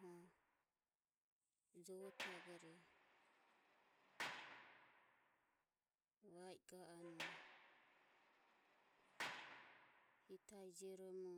Goho jovo tiagoreva i ga anue hitae jioromo